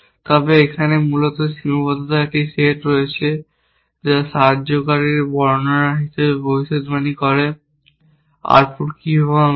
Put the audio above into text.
তবে এখানে মূলত সীমাবদ্ধতার একটি সেট রয়েছে যা সাহায্যকারীর বর্ণনা হিসাবে ভবিষ্যদ্বাণী করে আউটপুট কী হওয়া উচিত